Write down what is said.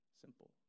simple